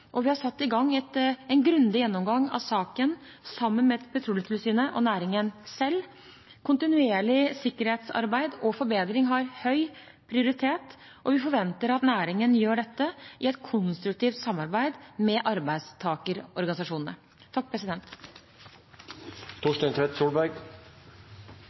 og vi har satt i gang en grundig gjennomgang av saken sammen med Petroleumstilsynet og næringen selv. Kontinuerlig sikkerhetsarbeid og forbedring har høy prioritet, og vi forventer at næringen gjør dette i et konstruktivt samarbeid med arbeidstakerorganisasjonene.